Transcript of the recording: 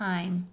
Time